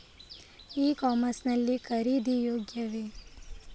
E commerce ಲ್ಲಿ ಖರೀದಿ ಯೋಗ್ಯವೇ?